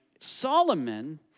Solomon